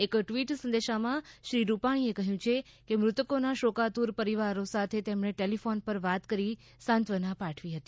એક ટવીટ સંદેશામાં શ્રી રૂપાણીએ કહ્યુ છે કે મૃતકોના શોકાતુર પરિવારો સાથે ટેલિફોન પર વાત કરી સાંત્વના પાઠવી હતી